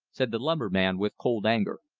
said the lumberman with cold anger,